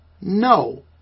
No